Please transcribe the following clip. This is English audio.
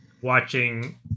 watching